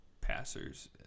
passers